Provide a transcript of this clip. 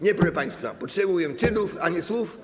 Nie, proszę państwa, potrzebujemy czynów, a nie słów.